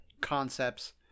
concepts